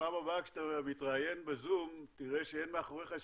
בפעם הבאה כשאתה מתראיין בזום תראה שאין מאחוריך איזה